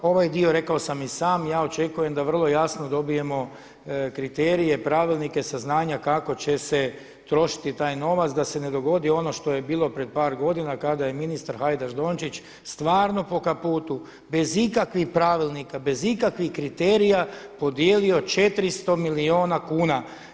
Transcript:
Ovaj dio rekao sam i sam ja očekujem da vrlo jasno dobijemo kriterije, pravilnike, saznanja kako će se trošiti taj novac da se ne dogodi ono što je bilo pred par godina kada je ministar Hajdaš-Dončić stvarno po kaputu bez ikakvih pravilnika, bez ikakvih kriterija podijelio 400 milijuna kuna.